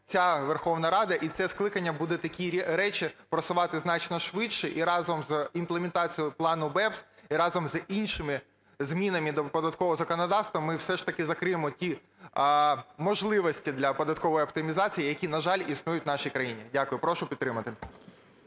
ця Верховна Рада і це скликання буде такі речі просувати значно швидше. І разом з імплементацією плану BEPS, і разом з іншими змінами до податкового законодавства ми все ж таки закриємо ті можливості для податкової оптимізації, які, на жаль, існують в нашій країні. Дякую. Прошу підтримати.